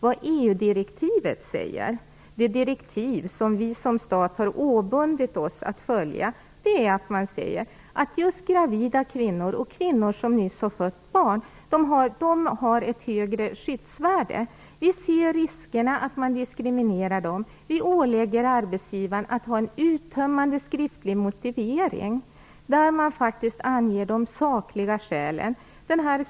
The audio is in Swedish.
EU-direktivet - det direktiv som Sverige såsom stat har förbundit sig att följa - säger att just gravida kvinnor och kvinnor som nyss har fött barn har ett högre skyddsvärde. Vi ser riskerna att man diskriminerar dem och ålägger arbetsgivaren att göra en uttömmande skriftlig motivering, där man faktiskt anger de sakliga skälen.